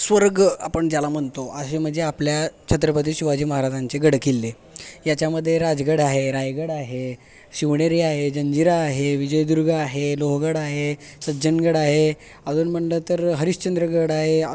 स्वर्ग आपण ज्याला म्हणतो असे म्हणजे आपल्या छत्रपती शिवाजी महाराजांचे गडकिल्ले याच्यामध्ये राजगड आहे रायगड आहे शिवनेरी आहे जंजिरा आहे विजयदुर्ग आहे लोहगड आहे सज्जनगड आहे अजून म्हणलं तर हरीश्चंद्रगड आहे